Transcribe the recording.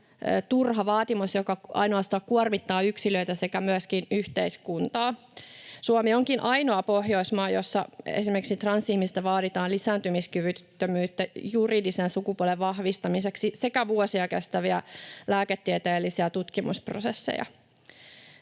turha vaatimus, joka ainoastaan kuormittaa yksilöitä sekä myöskin yhteiskuntaa. Suomi onkin ainoa Pohjoismaa, jossa transihmiseltä esimerkiksi vaaditaan lisääntymiskyvyttömyyttä juridisen sukupuolen vahvistamiseksi sekä vuosia kestäviä lääketieteellisiä tutkimusprosesseja.